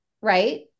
Right